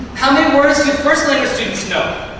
how many words do first language students know?